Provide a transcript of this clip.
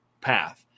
path